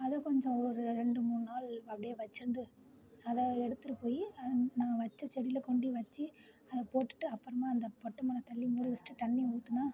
அதை கொஞ்சம் ஒரு ரெண்டு மூணு நாள் அப்படியே வச்சிருந்து அதை எடுத்துட்டு போய் அதை நான் வச்ச செடியில கொண்டு வச்சு அதை போட்டுட்டு அப்புறமா அந்த பட்டை மண்ணை தள்ளி மூடி வச்சிட்டு தண்ணி ஊத்துனால்